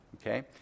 Okay